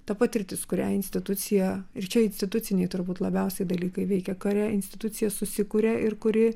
ta patirtis kurią institucija ir čia instituciniai turbūt labiausiai dalykai veikia kare institucija susikuria ir kuri